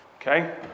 Okay